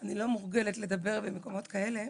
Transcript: ואני לא מורגלת לדבר במקומות כאלה.